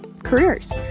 careers